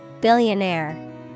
Billionaire